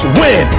win